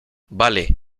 vale